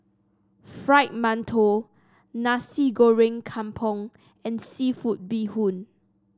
Fried Mantou Nasi Goreng Kampung and seafood Bee Hoon